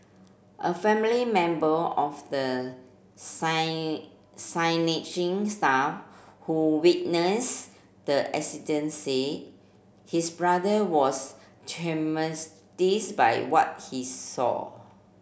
a family member of the staff who witness the accident said his brother was by what he saw